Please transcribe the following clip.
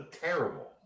terrible